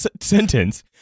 sentence